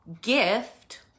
gift